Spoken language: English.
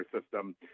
system